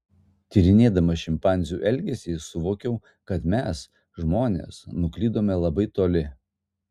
tyrinėdama šimpanzių elgesį suvokiau kad mes žmonės nuklydome labai toli